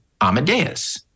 Amadeus